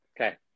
okay